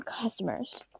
customers